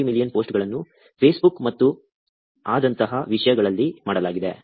3 million ಪೋಸ್ಟ್ಗಳನ್ನು Facebook ಮತ್ತು ಅದರಂತಹ ವಿಷಯಗಳಲ್ಲಿ ಮಾಡಲಾಗಿದೆ